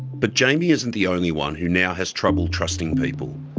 but jamie isn't the only one who now has trouble trusting people.